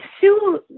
Sue